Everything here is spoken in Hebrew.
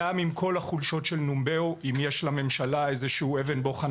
גם עם כל החולשות של נמבאו אם יש לממשלה אבן בוחן